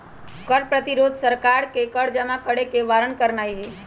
कर प्रतिरोध सरकार के कर जमा करेसे बारन करनाइ हइ